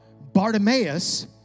Bartimaeus